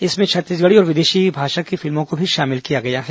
इसमें छत्तीसगढ़ी और विदेशी भाषा की फिल्मों को भी शामिल किया गया है